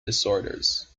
disorders